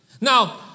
Now